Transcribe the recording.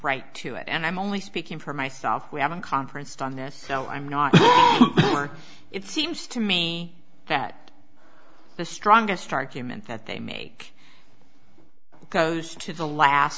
right to it and i'm only speaking for myself we haven't conferenced on this so i'm not sure it seems to me that the strongest argument that they make goes to the last